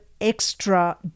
extra